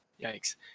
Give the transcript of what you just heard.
yikes